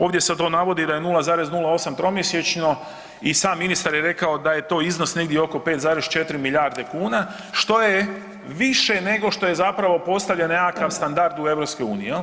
Ovdje se to navodi da je 0,08 tromjesečno i sam ministar je rekao da je to iznos negdje oko 5,4 milijarde kuna, što je više nego što je zapravo postavljen nekakav standard u EU, jel.